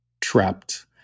trapped